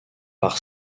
par